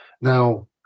Now